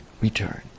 return